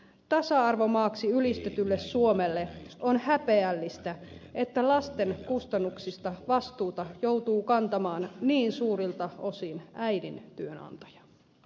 tasa arvomaaksi ylistetylle suomelle on häpeällistä että lasten kustannuksista vastuuta joutuu kantamaan niin suurilta osin äidin työnantaja